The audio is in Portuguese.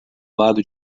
lado